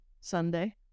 Sunday